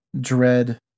dread